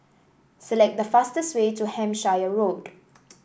select the fastest way to Hampshire Road